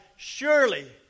Surely